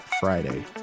friday